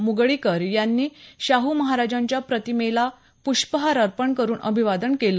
मुगळीकर यांनी शाहू महाराजांच्या प्रतिमेलाप्ष्पहार अर्पण करुन अभिवादन केलं